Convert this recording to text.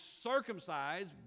circumcised